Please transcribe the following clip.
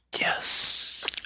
yes